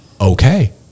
okay